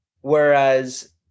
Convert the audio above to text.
Whereas